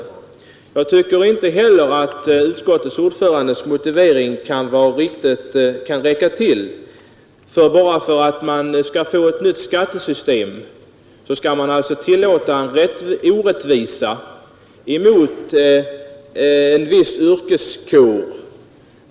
Men jag tycker inte att utskottsordförandens motivering räcker till: bara för att vi skall få ett nytt skattesystem skall man alltså tillåta en orättvisa mot en viss yrkeskår.